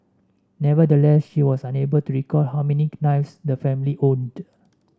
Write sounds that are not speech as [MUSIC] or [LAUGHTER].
nevertheless she was unable to recall how many [UNINTELLIGIBLE] knives the family owned